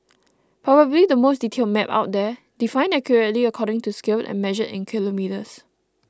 probably the most detailed map out there defined accurately according to scale and measured in kilometres